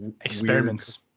experiments